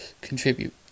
contribute